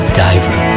diver